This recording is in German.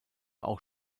auch